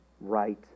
right